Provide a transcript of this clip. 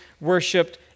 worshipped